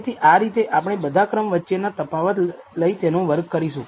તેથી આ રીતે આપણે બધા ક્રમ વચ્ચેનો તફાવત લઈ તેનો વર્ગ કરીશું